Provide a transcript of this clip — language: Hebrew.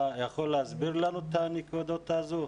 אתה יכול להסביר לנו את הנקודות האלה?